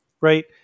right